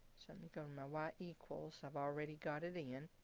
me go to my y equals i've already got it in,